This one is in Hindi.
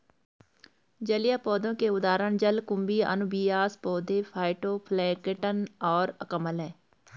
जलीय पौधों के उदाहरण जलकुंभी, अनुबियास पौधे, फाइटोप्लैंक्टन और कमल हैं